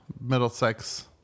Middlesex